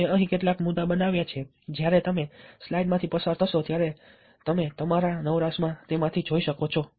મેં અહીં કેટલાક મુદ્દાઓ બનાવ્યા છે જ્યારે તમે સ્લાઇડ્સમાંથી પસાર થશો ત્યારે તમે તમારા નવરાશમાં તેમાંથી જોઈ શકો છો